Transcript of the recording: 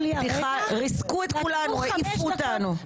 ריסקו את כולנו, העיפו אותנו.